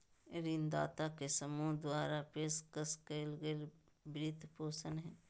ऋणदाता के समूह द्वारा पेशकश कइल गेल वित्तपोषण हइ